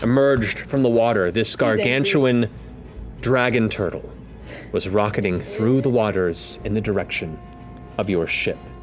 emerged from the water. this gargantuan dragon turtle was rocketing through the waters, in the direction of your ship.